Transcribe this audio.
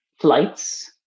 flights